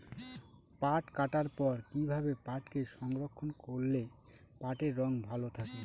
পাট কাটার পর কি ভাবে পাটকে সংরক্ষন করলে পাটের রং ভালো থাকে?